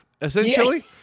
essentially